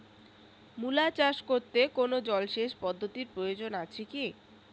মূলা চাষ করতে কোনো জলসেচ পদ্ধতির প্রয়োজন আছে কী?